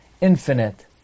infinite